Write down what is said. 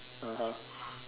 (uh huh)